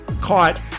caught